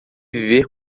viver